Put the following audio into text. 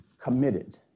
committed